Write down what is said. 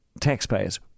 taxpayers